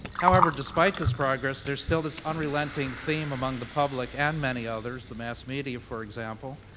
however, despite this progress, there's still this unrelenting theme among the public and many others, the mass media, for example,